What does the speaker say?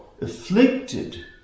afflicted